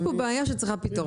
יש פה בעיה שצריכה פתרון.